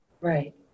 Right